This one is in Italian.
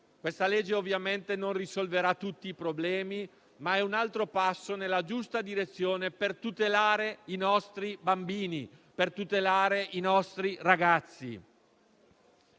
Questa legge ovviamente non risolverà tutti i problemi, ma è un altro passo nella giusta direzione per tutelare i nostri bambini e i nostri ragazzi.